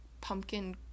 pumpkin